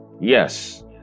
Yes